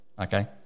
Okay